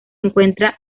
encuentran